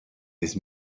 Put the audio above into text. this